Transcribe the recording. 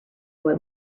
boy